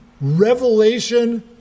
revelation